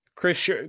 Chris